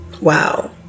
Wow